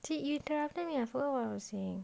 see you interrupted me I forgot what I was saying